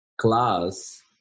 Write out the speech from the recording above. class